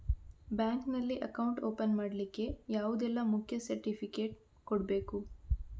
Bank ನಲ್ಲಿ account open ಮಾಡ್ಲಿಕ್ಕೆ ಯಾವುದೆಲ್ಲ ಮುಖ್ಯ ಸರ್ಟಿಫಿಕೇಟ್ ಕೊಡ್ಬೇಕು?